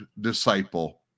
disciple